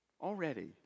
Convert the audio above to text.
already